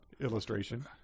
illustration